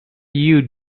you